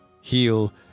heal